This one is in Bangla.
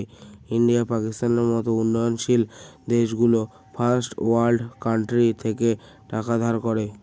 ইন্ডিয়া, পাকিস্তানের মত উন্নয়নশীল দেশগুলো ফার্স্ট ওয়ার্ল্ড কান্ট্রি থেকে টাকা ধার করে